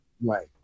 Right